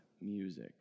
music